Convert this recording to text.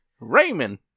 Raymond